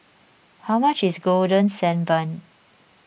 how much is Golden Sand Bun